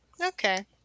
Okay